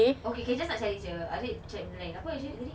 okay okay just nak cari sahaja apa adik cari tadi